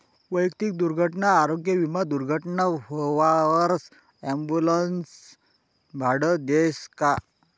वैयक्तिक दुर्घटना आरोग्य विमा दुर्घटना व्हवावर ॲम्बुलन्सनं भाडं देस का?